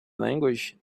language